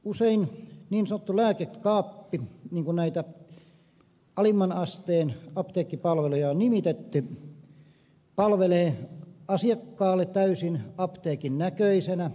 usein niin sanottu lääkekaappi niin kuin näitä alimman asteen apteekkipalveluja on nimitetty palvelee asiakkaalle täysin apteekin näköisenä